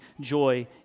joy